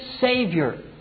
Savior